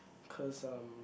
cause um